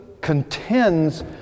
contends